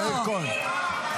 --- לא, לא, לא, חבר הכנסת מאיר כהן.